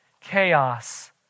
chaos